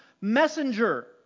messenger